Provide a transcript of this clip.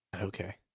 Okay